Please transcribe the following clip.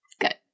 good